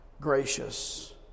gracious